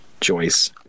joyce